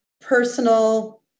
personal